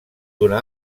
d’una